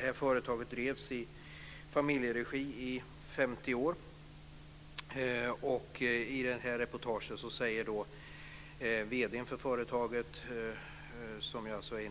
Det här företaget drevs i familjeregi i 50 år. I reportaget säger vd:n för företaget, som alltså är